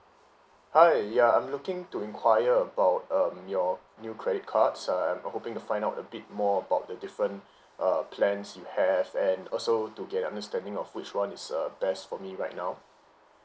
hi ya I'm looking to inquire about um your new credit cards uh I'm uh hoping to find out a bit more about the different uh plans you have and also to get understanding of which one is uh best for me right now